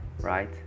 right